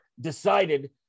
decided